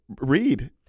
Read